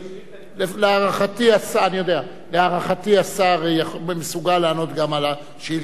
השר מסוגל לענות גם על השאילתא הרחבה.